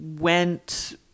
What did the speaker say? went